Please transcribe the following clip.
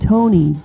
Tony